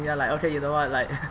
we are like okay you know what like